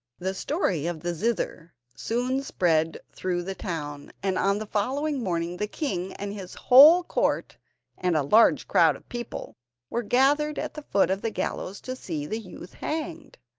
the story of the zither soon spread through the town, and on the following morning the king and his whole court and a large crowd of people were gathered at the foot of the gallows to see the youth hanged.